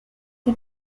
che